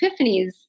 epiphanies